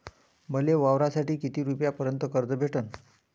मले वावरासाठी किती रुपयापर्यंत कर्ज भेटन?